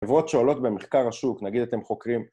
חברות שעולות במחקר השוק, נגיד אתם חוקרים